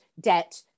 debt